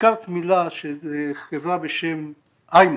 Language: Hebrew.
הזכרת מילה, חברה בשם "איינקס".